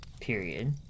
period